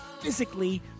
physically